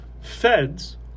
feds